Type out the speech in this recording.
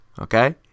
okay